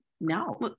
no